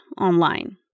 online